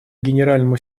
генеральному